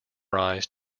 rise